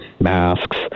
masks